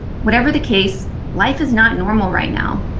whatever the case, life is not normal right now.